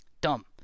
Dumb